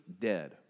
dead